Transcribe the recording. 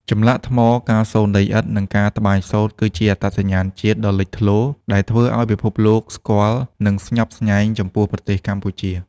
ចម្លាក់ថ្ម ការសូនដីឥដ្ឋ និងការត្បាញសូត្រ គឺជាអត្តសញ្ញាណជាតិដ៏លេចធ្លោ ដែលធ្វើឱ្យពិភពលោកស្គាល់ និងស្ញប់ស្ញែងចំពោះប្រទេសកម្ពុជា។